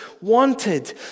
wanted